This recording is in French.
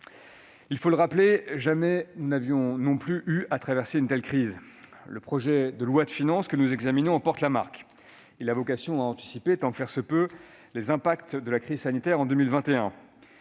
Il faut le rappeler : jamais nous n'avions eu à traverser une telle crise. Le projet de loi de finances que nous examinons en porte la marque. Il a vocation à anticiper, autant que faire se peut, les impacts de la crise sanitaire en 2021.